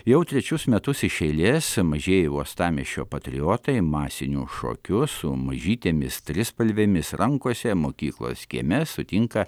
jau trečius metus iš eilės mažieji uostamiesčio patriotai masiniu šokiu su mažytėmis trispalvėmis rankose mokyklos kieme sutinka